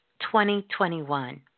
2021